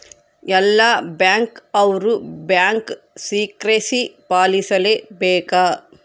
ಎಲ್ಲ ಬ್ಯಾಂಕ್ ಅವ್ರು bank secrecy ಪಾಲಿಸಲೇ ಬೇಕ